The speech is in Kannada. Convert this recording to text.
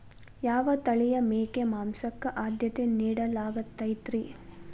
ಯಾವ ತಳಿಯ ಮೇಕೆ ಮಾಂಸಕ್ಕ, ಆದ್ಯತೆ ನೇಡಲಾಗತೈತ್ರಿ?